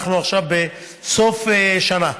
אנחנו עכשיו בסוף שנה,